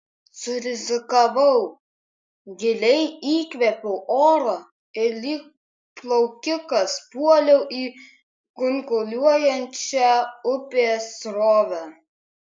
surizikavau giliai įkvėpiau oro ir lyg plaukikas puoliau į kunkuliuojančią upės srovę